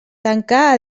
tancà